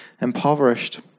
impoverished